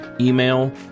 email